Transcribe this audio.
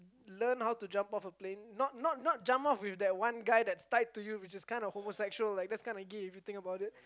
learn how to jump off a plane not not not jump off with that one guy that's tied to you which is kind of homosexual like that's kind of gay if you think about it